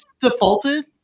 defaulted